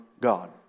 God